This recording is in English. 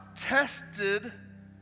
tested